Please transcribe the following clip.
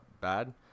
bad